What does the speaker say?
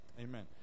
Amen